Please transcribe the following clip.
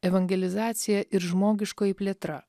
evangelizacija ir žmogiškoji plėtra